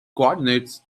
coordinates